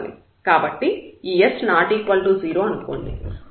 కాబట్టి ఈ s ≠ 0 అనుకోండి